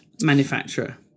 manufacturer